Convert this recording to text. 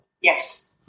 yes